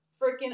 Freaking